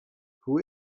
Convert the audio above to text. who